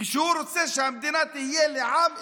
הוא רוצה שהמדינה תהיה לעם אחד,